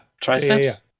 triceps